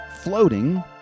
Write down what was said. floating